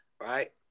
right